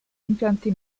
impianti